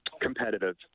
competitive